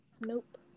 nope